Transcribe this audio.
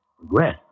Regret